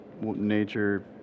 nature